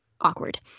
awkward